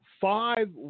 five